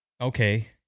okay